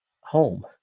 home